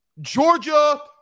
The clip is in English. Georgia